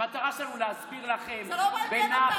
המטרה שלנו היא להסביר לכם בנחת.